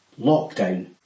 lockdown